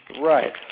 Right